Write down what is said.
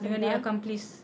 dengan dia punya accomplice